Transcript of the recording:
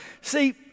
See